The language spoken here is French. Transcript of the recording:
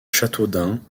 châteaudun